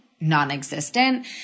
non-existent